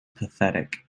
pathetic